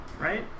right